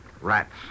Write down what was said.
Rats